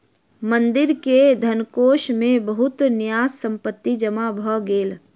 मंदिर के धनकोष मे बहुत न्यास संपत्ति जमा भ गेल